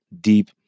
deep